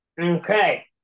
Okay